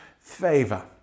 favor